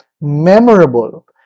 memorable